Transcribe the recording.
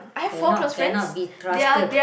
cannot cannot be trusted